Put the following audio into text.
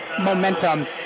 momentum